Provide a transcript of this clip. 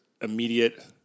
immediate